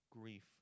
grief